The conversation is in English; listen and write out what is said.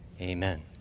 Amen